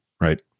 Right